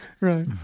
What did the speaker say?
Right